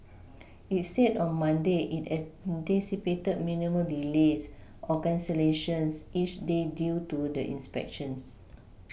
it said on Monday it anticipated minimal delays or cancellations each day due to the inspections